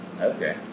Okay